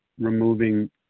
removing